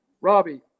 Robbie